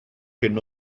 hyn